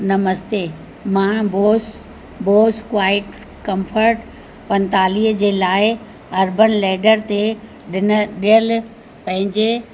नमस्ते मां बोस boss quite comfort पंजुतालीह जे लाइ अर्बनलैडर ते ॾिन ॾियलु पंहिंजे